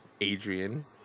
Adrian